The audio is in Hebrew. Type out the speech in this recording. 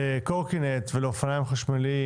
לקורקינט ולאופניים חשמליים,